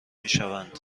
میشوند